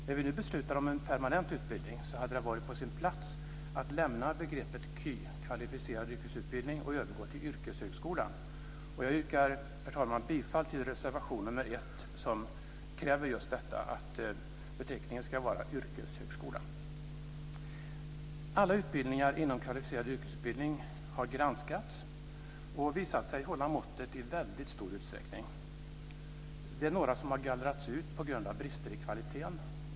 När vi nu beslutar om en permanent utbildning hade det varit på sin plats att lämna begreppet KY, kvalificerad yrkesutbildning, och övergå till yrkeshögskolan. Jag yrkar, herr talman, bifall till reservation nr 1 där vi kräver just detta, att beteckningen ska vara yrkeshögskola. Alla utbildningar inom den kvalificerade yrkesutbildningen har granskats och visat sig hålla måttet i väldigt stor utsträckning. Det är några som har gallrats ut på grund av brister i kvaliteten.